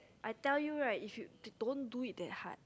I tell you right you should don't do it that hard